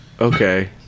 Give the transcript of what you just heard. okay